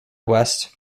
west